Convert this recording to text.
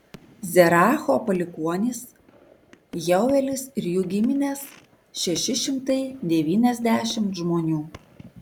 zeracho palikuonys jeuelis ir jų giminės šeši šimtai devyniasdešimt žmonių